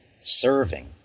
serving